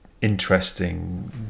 interesting